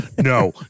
No